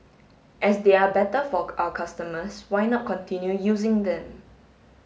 as they are better for our customers why not continue using them